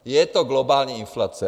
Je to globální inflace.